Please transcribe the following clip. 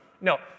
no